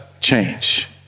change